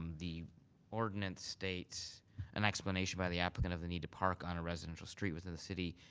the ordinance states an explanation by the applicant of the need to park on a residential street within the city.